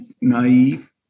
naive